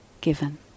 given